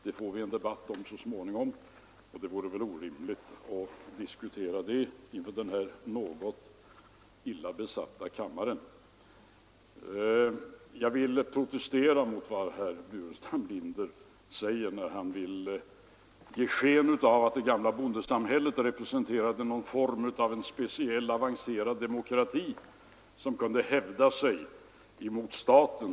Den får vi en debatt om så småningom, och det vore väl orimligt att diskutera den inför den här något glest besatta kammaren. Jag vill protestera mot vad herr Burenstam Linder säger, när han vill ge sken av att det gamla bondesamhället representerade någon form av speciellt avancerad demokrati, som kunde hävda sig emot staten.